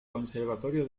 conservatorio